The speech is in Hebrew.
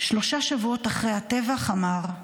שלושה שבועות אחרי הטבח אמר: